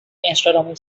astronomy